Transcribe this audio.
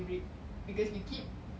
I guess